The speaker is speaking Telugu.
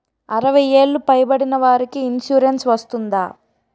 అరవై ఏళ్లు పై పడిన వారికి ఇన్సురెన్స్ వర్తిస్తుందా?